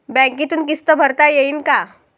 बँकेतून किस्त भरता येईन का?